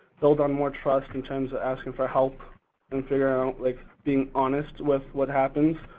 build on more trust in terms of asking for help and figuring out, like, being honest with what happens,